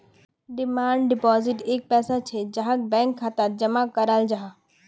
demand deposit एक पैसा छे जहाक बैंक खातात जमा कराल जाहा